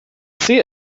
see